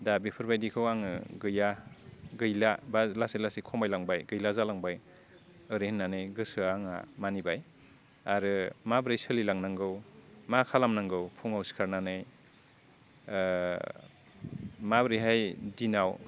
दा बिफोरबायदिखौ आङो गैया गैला बा लासै लासै खमायलांबाय गैला जालांबाय ओरै होननानै गोसोआ आंहा मानिबाय आरो माबोरै सोलिलांनांगौ मा खालामनांगौ फुङाव सिखारनानै माबोरैहाय दिनाव